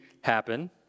happen